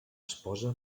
esposa